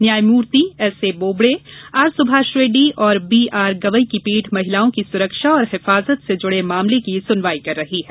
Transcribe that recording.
न्यायमूर्ति S A Bobde R Subhash Reddy और B R Gavai की पीठ महिलाओं की सुरक्षा और हिफाजत से जुड़े मामले की सुनवाई कर रही है